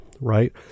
right